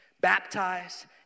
baptize